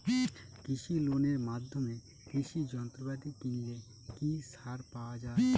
কৃষি লোনের মাধ্যমে কৃষি যন্ত্রপাতি কিনলে কি ছাড় পাওয়া যায়?